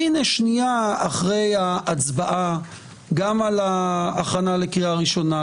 והנה שנייה אחרי ההצבעה גם על ההכנה לקריאה ראשונה,